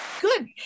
good